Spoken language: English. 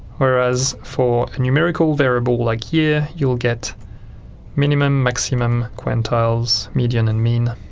whereas for a numerical variable like year, you'll get minimum, maximum, quantiles, median and mean.